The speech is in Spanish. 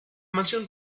mansión